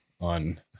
on